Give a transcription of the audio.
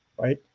right